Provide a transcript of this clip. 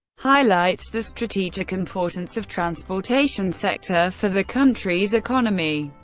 highlights the strategic importance of transportation sector for the country's economy.